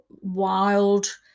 wild